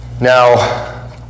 Now